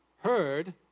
heard